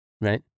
Right